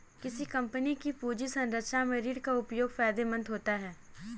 किसी कंपनी की पूंजी संरचना में ऋण का उपयोग फायदेमंद होता है